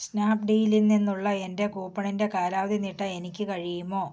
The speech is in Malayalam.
സ്നാപ്ഡീലിൽ നിന്നുള്ള എൻ്റെ കൂപ്പണിൻ്റെ കാലാവധി നീട്ടാൻ എനിക്ക് കഴിയുമോ